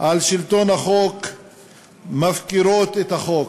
על שלטון החוק מפקירות את החוק.